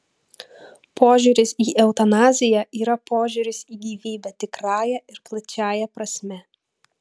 požiūris į eutanaziją yra požiūris į gyvybę tikrąja ir plačiąja prasme